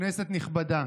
כנסת נכבדה,